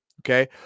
Okay